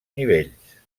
nivells